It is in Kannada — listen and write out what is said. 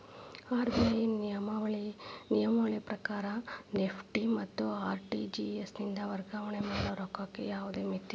ಆರ್.ಬಿ.ಐ ನಿಯಮಾವಳಿ ಪ್ರಕಾರ ನೆಫ್ಟ್ ಮತ್ತ ಆರ್.ಟಿ.ಜಿ.ಎಸ್ ಇಂದ ವರ್ಗಾವಣೆ ಮಾಡ ರೊಕ್ಕಕ್ಕ ಯಾವ್ದ್ ಮಿತಿಯಿಲ್ಲ